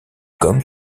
comme